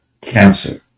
cancer